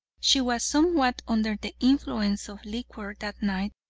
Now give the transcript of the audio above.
she was somewhat under the influence of liquor that night,